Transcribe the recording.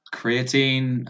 creatine